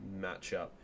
matchup